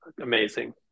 amazing